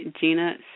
Gina